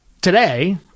today